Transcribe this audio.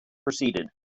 proceeded